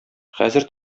хәзер